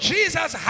Jesus